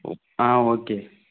ஓ ஆ ஓகே